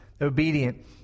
obedient